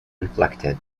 inflicted